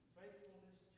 faithfulness